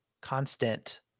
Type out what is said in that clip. constant